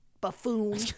buffoon